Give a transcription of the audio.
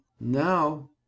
Now